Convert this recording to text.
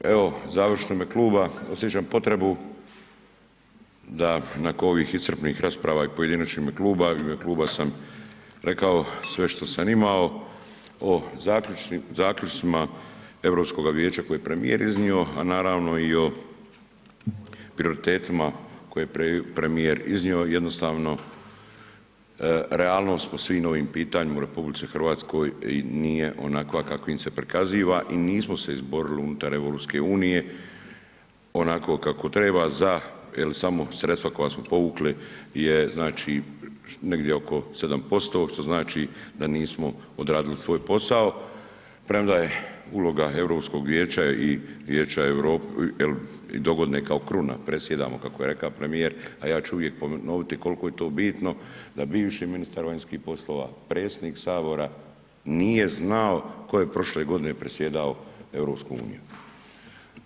Evo, završno u ime kluba osjećam potrebu da nakon ovih iscrpnih rasprava i pojedinačnim i u ime kluba, u ime kluba sa rekao sve što sam imao o zaključcima EU vijeća koje je premijer iznio, a naravno i o prioritetima koje je premijer iznio, jednostavno realnost po svim ovim pitanjima u RH i nije onakva kakvim se prikazuje i nismo se izborili unutar EU onako kako treba za, samo sredstva koja smo povukli je, znači negdje oko 7%, što znači da nismo odradili svoj posao, premda je uloga i EU vijeća i dogodine kao kruna, predsjedamo, kako je rekao premijer, a ja ću uvijek ponoviti koliko je to bitno, da bivši ministar vanjskih poslova, predsjednik Sabora nije znao tko je prošle godine predsjedao EU-om.